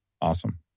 Awesome